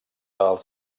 els